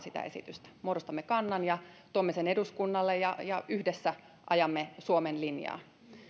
sitä esitystä muodostamme kannan ja tuomme sen eduskunnalle ja ja yhdessä ajamme suomen linjaa